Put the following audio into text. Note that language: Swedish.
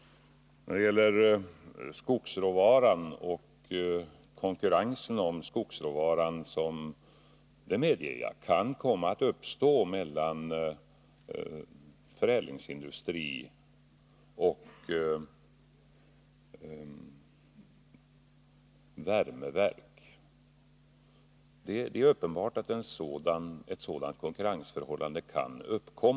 Det är uppenbart att det kan uppstå konkurrens om skogsråvaran mellan förädlingsindustri och värmeverk. Det medger jag.